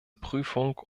prüfung